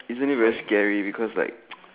isn't it very scary because like